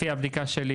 לפי הבדיקה שלי,